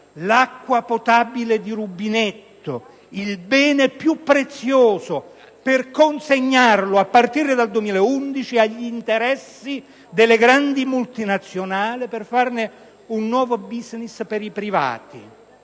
l'acqua potabile del rubinetto, il bene più prezioso, per consegnarlo a partire dal 2011 agli interessi delle grandi multinazionali e farne un nuovo *business* per i privati.